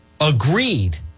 agreed